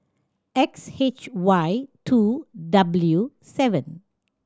X H Y two W seven